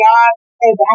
God